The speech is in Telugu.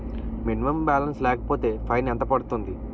మినిమం బాలన్స్ లేకపోతే ఫైన్ ఎంత పడుతుంది?